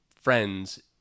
friends